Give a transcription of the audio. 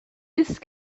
ist